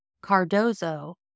Cardozo